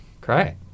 great